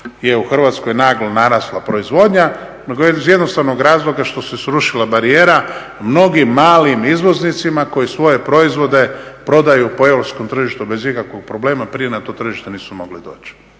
je u Hrvatskoj naglo narasla proizvodnja nego iz jednostavnog razloga što se srušila barijera mnogim malim izvoznicima koji svoje proizvode prodaju po europskom tržištu bez ikakvog problema, prije na to tržište nisu mogli doći.